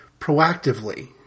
proactively